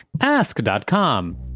Ask.com